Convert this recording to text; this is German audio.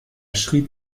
schrieb